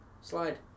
slide